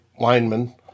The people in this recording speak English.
linemen